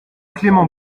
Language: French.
clément